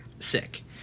sick